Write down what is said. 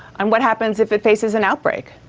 and what happens if it faces an outbreak?